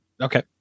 okay